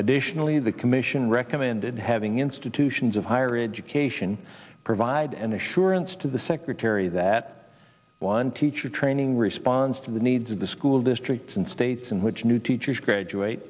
additionally the commission recommended having institutions of higher education provide an assurance to the secretary that one teacher training responds to the needs of the school districts and states in which new teachers graduate